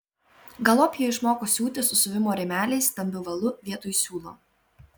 galop ji išmoko siūti su siuvimo rėmeliais stambiu valu vietoj siūlo